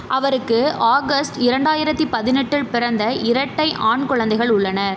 அவருக்கு ஆகஸ்ட் இரண்டாயிரத்து பதினெட்டில் பிறந்த இரட்டை ஆண் குழந்தைகள் உள்ளனர்